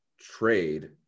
trade